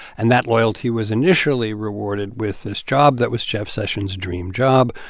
and that loyalty was initially rewarded with this job that was jeff sessions' dream job.